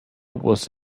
was